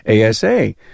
ASA